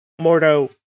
Mordo